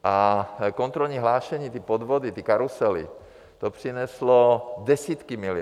A kontrolní hlášení, ty podvody, ty karusely, to přineslo desítky miliard.